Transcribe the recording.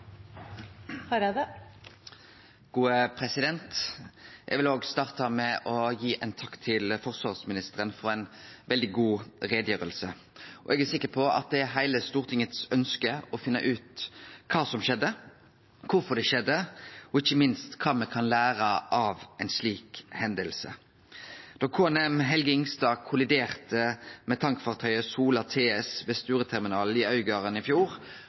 veldig god utgreiing. Eg er sikker på at det er heile Stortingets ønske å finne ut kva som skjedde, kvifor det skjedde og ikkje minst kva me kan lære av ei slik hending. Da KNM «Helge Ingstad» kolliderte med tankfartøyet «Sola» TS ved Stureterminalen i Øygarden i fjor,